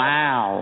Wow